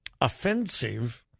offensive